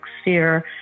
sphere